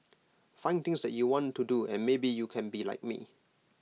find things that you want to do and maybe you can be like me